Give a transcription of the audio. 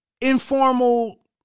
informal